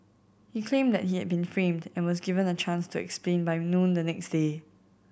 he claimed that he had been framed and was given a chance to explain by noon the next day